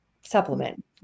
supplement